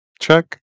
check